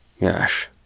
Yes